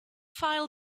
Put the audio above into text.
file